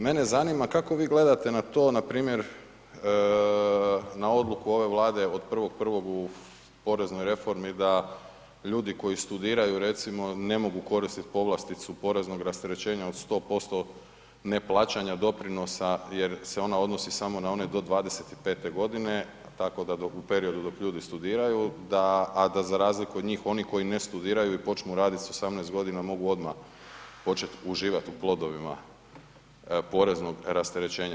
Mene zanima kako vi gledate na to npr. na odluku ove Vlade od 1.1. u Poreznoj reformi da ljudi koji studiraju recimo ne mogu koristiti povlasticu poreznog rasterećenja od 100% ne plaćanja doprinosa jer se ona odnosi samo na one do 25. godine, tako da u periodu dok ljudi studiraju, a da za razliku od njih oni koji ne studiraju i počnu raditi sa 18 godina mogu odmah početi uživati u plodovima poreznog rasterećenja?